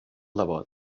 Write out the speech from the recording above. devot